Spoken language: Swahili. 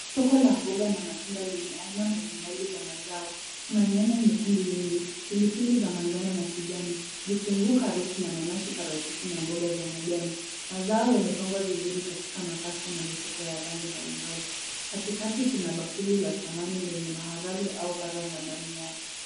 Soko la mboga na matunda lenye aina mbalimbali za mazao. Kuna nyanya nyekundu nyekundubl nyingi, pili pili za manjano na kijani, vitunguu ,karoti, mananasi, parachichi na mboga za majani. Mazao yamepangwa vizuri katika makasha na mifuko ya rangi mbalimbali. Katikati kuna bakuli la samani lenye maharagwe au karanga ndani yake.